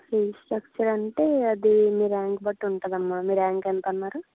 fees structure అంటే అది మీ ర్యాంక్ బట్టి ఉంటుంది అమ్మ మీ ర్యాంకు ఎంత అన్నారు